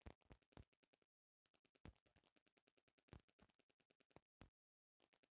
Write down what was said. खेत के उपज बढ़ावे खातिर खेत के अच्छा से जोतल जाला